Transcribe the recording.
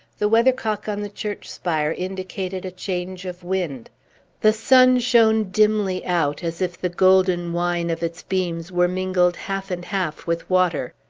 the weathercock on the church spire indicated a change of wind the sun shone dimly out, as if the golden wine of its beams were mingled half-and-half with water.